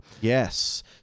Yes